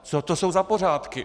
Co to jsou za pořádky?